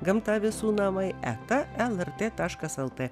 gamta visų namai eta lrt taškas lt